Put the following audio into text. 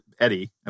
Eddie